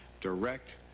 direct